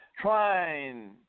Trying